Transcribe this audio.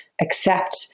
accept